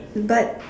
but